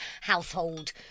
household